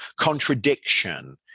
contradiction